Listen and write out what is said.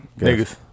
niggas